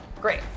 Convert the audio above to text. Great